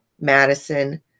Madison